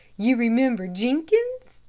you remember jenkins?